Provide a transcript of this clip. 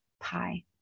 pie